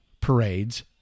parades